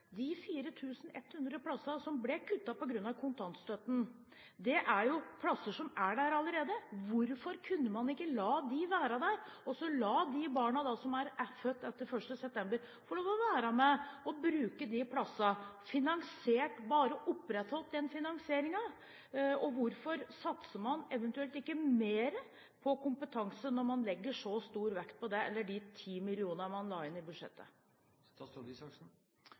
De 4 100 plassene som ble kuttet på grunn av kontantstøtten, er plasser som allerede er der. Hvorfor kunne man ikke la dem være der og la de barna som er født etter 1. september, få lov til å være der og bruke de plassene, og at man bare opprettholdt den finansieringen? Hvorfor satser man ikke mer på kompetanse når man legger så stor vekt på de 10 mill. kr man la inn i budsjettet?